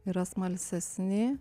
yra smalsesni